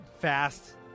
fast